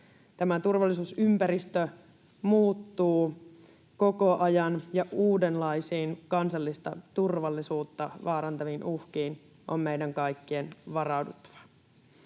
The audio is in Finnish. Turvallisuusympäristö muuttuu koko ajan, ja uudenlaisiin kansallista turvallisuutta vaarantaviin uhkiin on meidän kaikkien varauduttava.